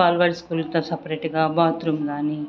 బాలబడి స్కూల్ సపరేట్గా బాత్రూమ్స్ కాని